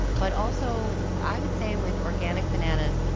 but also i would say with organic bananas,